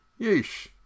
yeesh